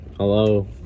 hello